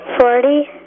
Forty